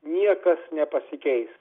niekas nepasikeis